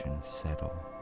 settle